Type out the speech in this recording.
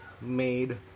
made